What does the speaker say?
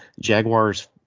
Jaguar's